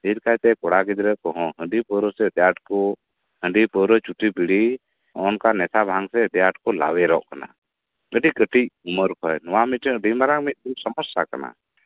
ᱰᱷᱮᱨ ᱠᱟᱭᱛᱮ ᱠᱚᱲᱟ ᱜᱤᱫᱽᱨᱟᱹ ᱠᱚᱸᱦᱚ ᱦᱟᱸᱹᱰᱤ ᱯᱟᱹᱣᱨᱟᱹ ᱥᱮᱫ ᱵᱤᱨᱟᱴ ᱠᱚ ᱦᱟᱸᱹᱰᱤ ᱯᱟᱹᱣᱨᱟᱹ ᱥᱮ ᱪᱩᱴᱤ ᱵᱤᱲᱤ ᱱᱚᱝᱠᱟ ᱱᱮᱥᱟ ᱵᱷᱟᱱᱛᱮ ᱠᱚ ᱞᱟᱣᱭᱮᱨᱚᱜ ᱠᱟᱱᱟ ᱠᱟᱹᱴᱤᱡ ᱠᱟᱹᱴᱤᱡ ᱩᱢᱟᱹᱨ ᱠᱷᱚᱡ ᱱᱚᱣᱟ ᱢᱤᱫᱴᱟᱱ ᱟᱹᱰᱤ ᱢᱟᱨᱟᱝ ᱢᱤᱫᱴᱟᱱ ᱥᱚᱢᱚᱥᱥᱟ ᱠᱟᱱᱟ